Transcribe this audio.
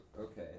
Okay